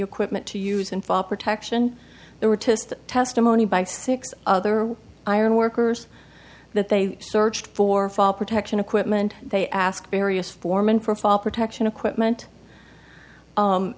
equipment to use and for protection there were test testimony by six other iron workers that they searched for fall protection equipment they asked various foreman for fall protection equipment